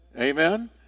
Amen